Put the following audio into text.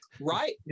Right